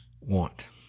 want